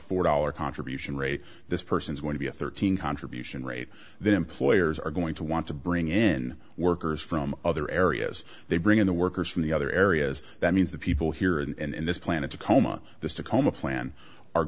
four dollars contribution rate this person is going to be a thirteen contribution rate that employers are going to want to bring in workers from other areas they bring in the workers from the other areas that means the people here and in this planet tacoma this tacoma plan are